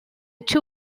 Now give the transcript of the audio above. two